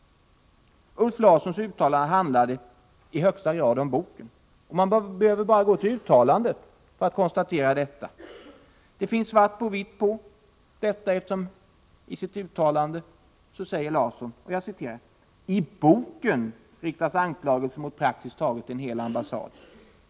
Ulf Larssons uttalande handlade i högsta grad om boken. Det finns det svart på vitt på. I sitt uttalande säger Larsson: ”I boken riktas anklagelser mot praktiskt taget en hel ambassad.